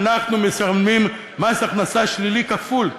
אנחנו משלמים מס הכנסה שלילי כפול,